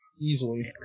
easily